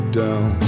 down